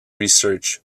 research